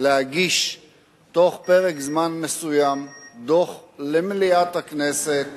להגיש בתוך פרק זמן מסוים דוח למליאת הכנסת